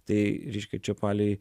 tai reiškia čia palei